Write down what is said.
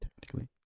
Technically